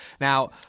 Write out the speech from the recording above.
Now